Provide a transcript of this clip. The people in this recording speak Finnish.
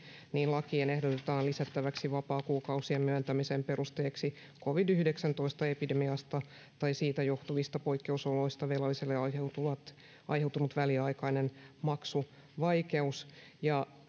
lakiin ehdotetaan lisättäväksi vapaakuukausien myöntämisen perusteeksi covid yhdeksäntoista epidemiasta tai siitä johtuvista poikkeusoloista velalliselle aiheutunut väliaikainen maksuvaikeus ja